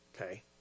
Okay